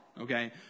okay